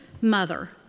mother